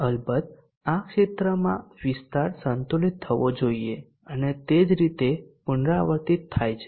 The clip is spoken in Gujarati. અલબત્ત આ ક્ષેત્રમાં વિસ્તાર સંતુલિત થવો જોઈએ અને તે તે જ રીતે પુનરાવર્તિત થાય છે